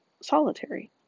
solitary